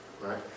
right